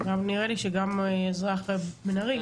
נראה לי שגם האזרח בן ארי.